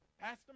Pastor